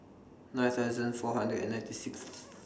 nine thousand four hundred and ninety Sixth